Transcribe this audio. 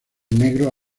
negro